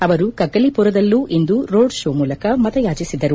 ಅವರು ಕಗ್ಗಲಿಪುರದಲ್ಲೂ ಇಂದು ರೋಡ್ ಶೋ ಮೂಲಕ ಮತ ಯಾಚಿಸಿದರು